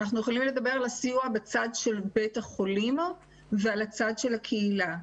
אנחנו יכולים לדבר על הסיוע בצד של בית החולים ועל הצד של הקהילה.